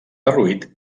derruït